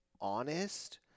honest